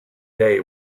day